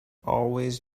always